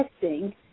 testing